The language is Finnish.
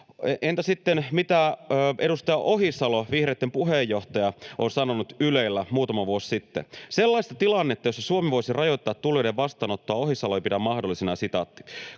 mitä sitten edustaja Ohisalo, vihreitten puheenjohtaja, on sanonut Ylellä muutama vuosi sitten? Sellaista tilannetta, jossa Suomi voisi rajoittaa tulijoiden vastaanottoa, Ohisalo ei pidä mahdollisena: